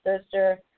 sister